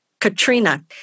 Katrina